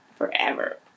Forever